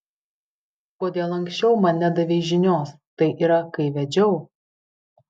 kodėl anksčiau man nedavei žinios tai yra kai vedžiau